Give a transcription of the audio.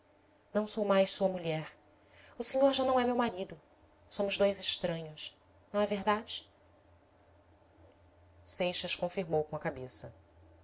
não sou mais sua mulher o senhor já não é meu marido somos dois estranhos não é verdade seixas confirmou com a cabeça